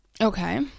Okay